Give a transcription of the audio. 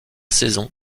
saison